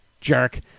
Jerk